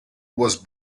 was